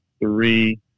three